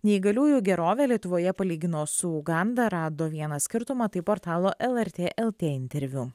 neįgaliųjų gerovę lietuvoje palygino su uganda rado vieną skirtumą tai portalo lrt lt interviu